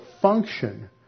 function